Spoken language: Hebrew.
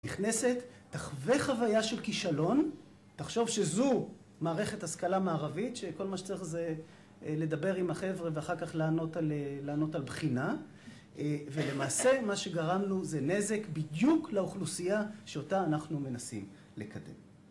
נכנסת, תחווה חוויה של כישלון, תחשוב שזו מערכת השכלה מערבית שכל מה שצריך זה לדבר עם החבר'ה ואחר כך לענות על בחינה, ולמעשה, מה שגרמנו זה נזק בדיוק לאוכלוסייה שאותה אנחנו מנסים לקדם